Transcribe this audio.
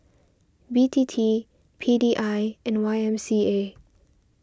B T T P D I and Y M C A